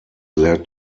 led